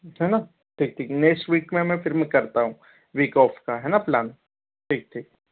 है ना ठीक ठीक नेक्स्ट वीक में मैं फिर मैं करता हूँ वीक ऑफ का है ना प्लान ठीक ठीक